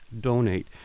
donate